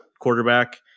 quarterback